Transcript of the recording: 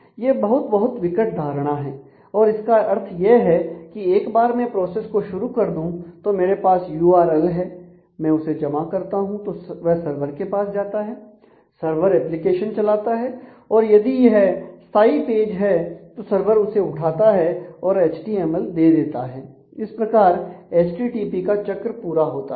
यह बहुत बहुत विकट धारणा है और इसका अर्थ यह है कि एक बार मैं प्रोसेस को शुरू कर दूं तो मेरे पास यूआरएल है मैं उसे जमा करता हूं तो वह सर्वर के पास जाता है सर्वर एप्लीकेशन चलाता है और यदि यह स्थाई पेज है तो सर्वर उसे उठाता है और एचटीएमएल दे देता है इस प्रकार एचटीटीपी का चक्र पूरा होता है